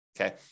Okay